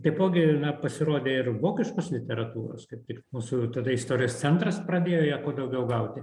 taipogi na pasirodė ir vokiškos literatūros kaip tik mūsų tada istorijos centras pradėjo ją kuo daugiau gauti